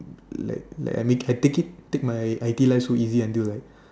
like like I mean I take it I take my I_T_E life so easy until like